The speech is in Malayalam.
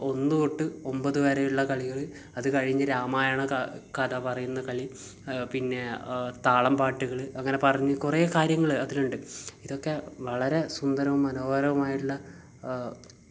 ഒന്ന് തൊട്ട് ഒമ്പത് വരെയുള്ള കളികൾ അത് കഴിഞ്ഞ് രാമായണ ക കഥ പറയുന്ന കളി പിന്നെ താളം പാട്ടുകൾ അങ്ങനെ പറഞ്ഞ് കുറേ കാര്യങ്ങൾ അതിലുണ്ട് ഇതൊക്കെ വളരെ സുന്ദരവും മനോഹരവുമായിട്ടുള്ള